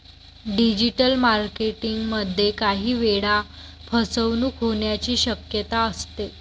digital marketing मध्ये काही वेळा फसवणूक होण्याची शक्यता असते